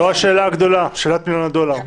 זו השאלה הגדולה, שאלת מיליון הדולר.